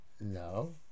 no